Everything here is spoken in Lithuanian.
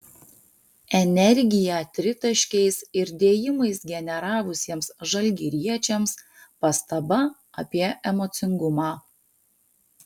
energiją tritaškiais ir dėjimais generavusiems žalgiriečiams pastaba apie emocingumą